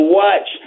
watch